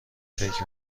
فکر